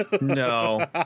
No